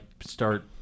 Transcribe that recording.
start